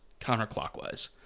counterclockwise